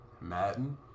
Madden